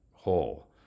whole